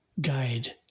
guide